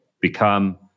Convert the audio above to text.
become